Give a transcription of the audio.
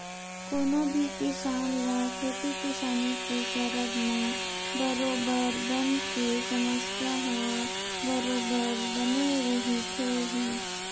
कोनो भी किसान ल खेती किसानी के करब म बरोबर बन के समस्या ह बरोबर बने रहिथे ही